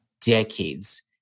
decades